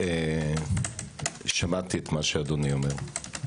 שמעתי מה שאדוני אומר.